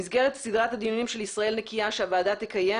במסגרת סדרת הדיונים של ישראל נקייה שהוועדה תקיים,